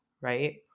right